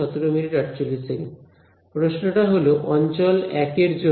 প্রশ্নটা হলো অঞ্চল 1 এর জন্য